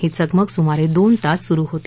ही चकमक सुमारे दोन तास सुरु होती